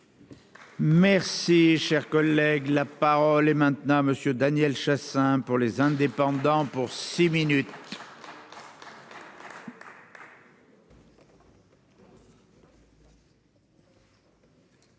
Merci, cher collègue, la parole est maintenant à Monsieur Daniel Chassain pour les indépendants pour six minutes.